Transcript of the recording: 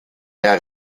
der